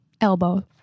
elbow